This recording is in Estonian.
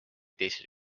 teisel